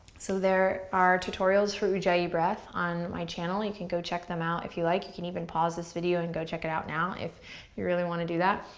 so there are tutorials for ujjayi breath on my channel, you can go check them out if you like. you can even pause this video and go check it out now if you really want to do that,